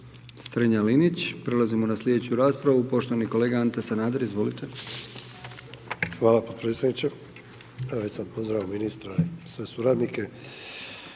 Strenja-Linić. Prelazimo na sljedeću raspravu. Poštovani kolega Ante Sanader, izvolite. **Sanader, Ante (HDZ)** Hvala potpredsjedniče. Već sam pozdravio ministra i sve suradnike.